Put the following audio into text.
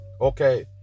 Okay